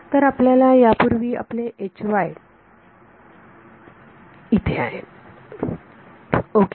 तर आपल्याला यापूर्वी आपले इथे आहे ओके